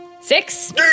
Six